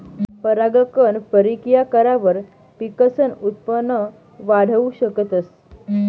परागकण परकिया करावर पिकसनं उत्पन वाढाऊ शकतस